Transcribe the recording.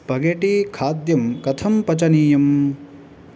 spaghetti खाद्यं कथं पचनीयम्